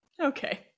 okay